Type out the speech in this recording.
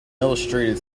illustrated